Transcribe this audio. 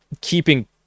keeping